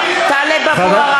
זה מה שכתב בפייסבוק,